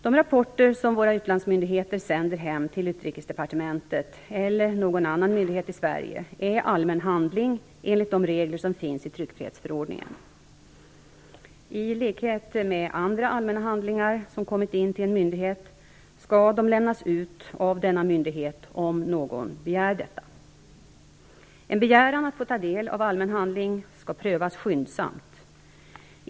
De rapporter som våra utlandsmyndigheter sänder hem till utrikesdepartementet eller någon annan myndighet i Sverige är allmänna handlingar enligt de regler som finns i tryckfrihetsförordningen. I likhet med andra allmänna handlingar som kommit in till en myndighet skall de lämnas ut av denna myndighet, om någon begär detta. En begäran att få ta del av en allmän handling skall prövas skyndsamt.